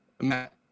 Matt